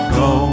go